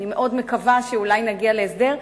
אני מאוד מקווה שאולי נגיע להסדר,